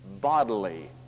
bodily